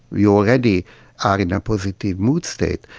we already are in a positive mood state,